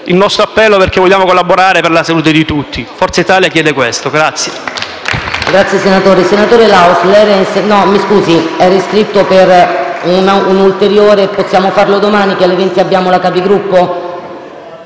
il nostro appello perché vogliamo collaborare per la salute di tutti. Forza Italia chiede questo.